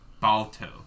Balto